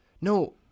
No